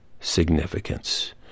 significance